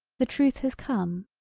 the truth has come.